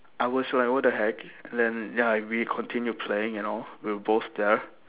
I was like what the heck then ya we continued playing and all we were both there